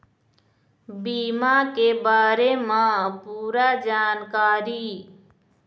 बीमा के बारे म पूरा जानकारी?